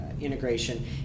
integration